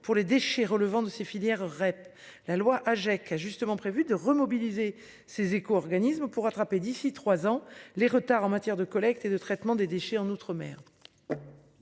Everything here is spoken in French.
pour les déchets relevant de ces filières REP la loi Hajek a justement prévu de remobiliser ses éco-organismes pour rattraper d'ici 3 ans, les retards en matière de collecte et de traitement des déchets en outre-mer.